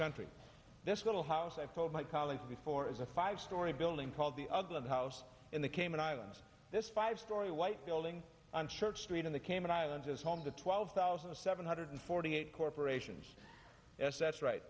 country this little house i've told my colleagues before is a five story building called the ugly house in the cayman islands this five storey white building on church street in the cayman islands is home to twelve thousand seven hundred forty eight corporations yes that's right